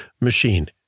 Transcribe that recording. machine